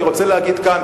אני רוצה להגיד כאן,